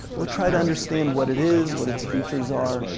we'll try to understand what it is, what its features are,